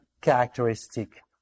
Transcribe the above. characteristic